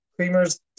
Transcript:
creamers